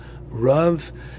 Rav